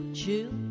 chill